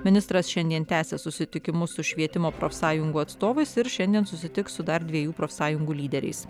ministras šiandien tęsia susitikimus su švietimo profsąjungų atstovais ir šiandien susitiks su dar dviejų profsąjungų lyderiais